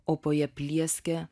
o po ja plieskia